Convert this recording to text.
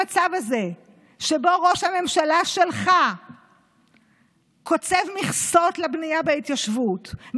המצב הזה שבו ראש הממשלה שלך קוצב מכסות לבנייה בהתיישבות,